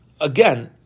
again